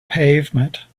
pavement